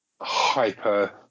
Hyper